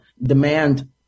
demand